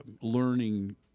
learning